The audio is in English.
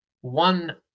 one